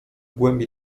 głębi